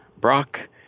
Brock